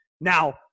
Now